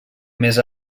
més